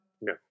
No